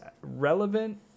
relevant